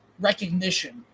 recognition